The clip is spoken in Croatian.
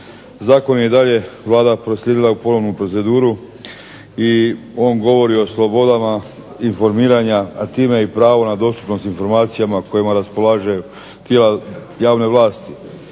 Zakon je dalje Vlada proslijedila u ponovnu proceduru i on govori o slobodama informiranja, a time i pravo na dostupnost informacijama kojima raspolaže tijela javne vlasti.